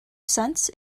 cents